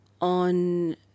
on